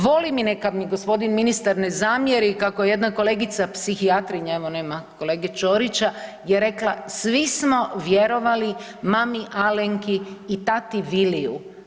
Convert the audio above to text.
Volim i neka mi gospodin ministar ne zamjeri kako je jedna kolegica psihijatrinja evo nema kolege Ćorića, je rekla svi smo vjerovali mami Alenki i tati Viliju.